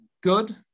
good